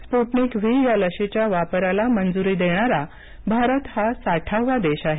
Sputnik V या लशीच्या वापरला मंजुरी देणारा भारत हा साठावा देश आहे